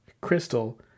Crystal